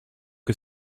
que